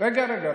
רגע רגע,